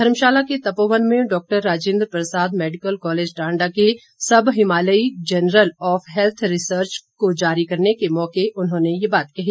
धर्मशाला के तपोवन में doctor Rajendra Prasad medical college Tanda के सब हिमालयी जनरल ऑफ हैल्थ रिसर्च को जारी करने के मौके उन्होंने ये बात कही